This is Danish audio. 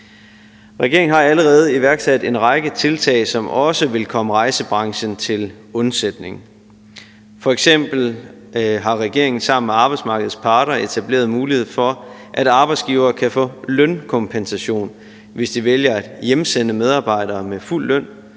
Regeringen har allerede iværksat en række tiltag, som også vil komme rejsebranchen til undsætning, f.eks. har regeringen sammen med arbejdsmarkedets parter etableret mulighed for, at arbejdsgivere kan få lønkompensation, hvis de vælger at hjemsende medarbejdere med fuld løn